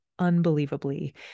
unbelievably